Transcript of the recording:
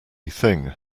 thing